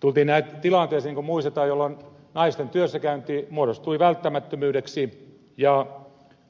tultiin näet tilanteeseen niin kuin muistetaan jolloin naisten työssäkäynti muodostui välttämättömyydeksi ja